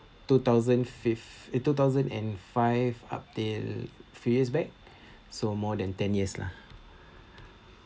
two thousand fifth eh two thousand and five up till few years back so more than ten years lah